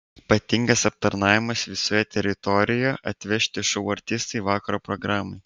ypatingas aptarnavimas visoje teritorijoje atvežti šou artistai vakaro programai